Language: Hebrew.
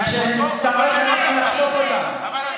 וכשנצטרך גם נחשוף אותם.